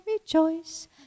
rejoice